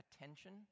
attention